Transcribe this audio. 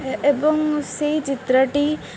ଏବଂ ସେଇ ଚିତ୍ରଟି